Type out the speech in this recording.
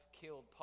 killed